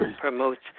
promotes